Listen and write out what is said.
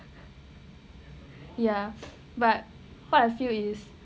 ya but what I feel is